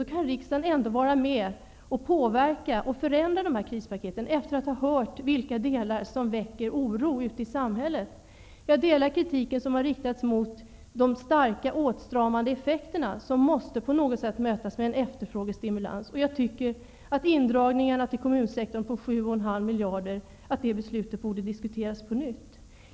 Då kan riksdagen ändå vara med och påverka och förändra dessa krispaket efter att ha hört vilka delar som väcker oro ute i samhället. Jag delar den kritik som har riktats mot de starka åtstramande effekterna som på något sätt måste mötas med en efterfrågestimulans. Jag tycker att beslutet om indragningar till kommunsektorn på 7,5 miljarder kronor borde diskuteras på nytt.